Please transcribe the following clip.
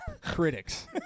critics